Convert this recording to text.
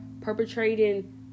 perpetrating